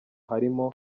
harimo